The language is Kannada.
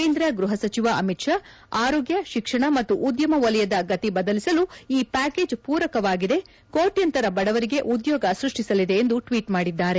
ಕೇಂದ್ರ ಗೃಹ ಸಚಿವ ಅಮಿತ್ ಶಾ ಆರೋಗ್ಯ ಶಿಕ್ಷಣ ಮತ್ತು ಉದ್ಯಮ ವೆಲಯದ ಗತಿ ಬದಲಿಸಲು ಈ ಪ್ಯಾಕೇಜ್ ಪೂರಕವಾಗಿದೆ ಕೊಟ್ಯಾಂತರ ಬಡವರಿಗೆ ಉದ್ಯೋಗ ಸೃಷ್ಷಿಸಲಿದೆ ಎಂದು ಟ್ವೀಟ್ ಮಾಡಿದ್ದಾರೆ